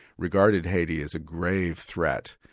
regarded haiti as a grave threat.